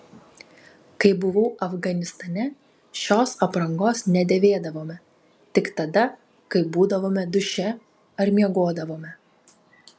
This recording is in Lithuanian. kai buvau afganistane šios aprangos nedėvėdavome tik tada kai būdavome duše ar miegodavome